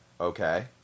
Okay